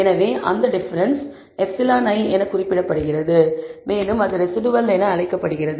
எனவே அந்த difference ei என குறிப்பிடப்படுகிறது மேலும் அது ரெஸிடுவல் என அழைக்கப்படுகிறது